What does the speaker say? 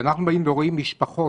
כשאנחנו באים ורואים משפחות